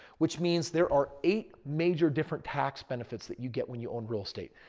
which means there are eight major different tax benefits that you get when you own real estate.